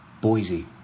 Boise